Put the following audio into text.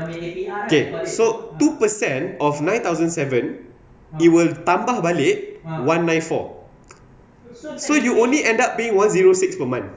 okay so two per cent of nine thousand seven it will tambah balik one nine four so you only end up paying one zero six per month